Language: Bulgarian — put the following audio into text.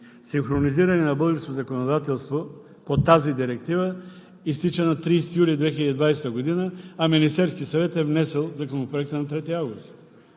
синхронизиране на българското законодателство по тази директива изтича на 30 юли 2020 г., а Министерският съвет е внесъл Законопроекта на 3 август.